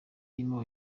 irimo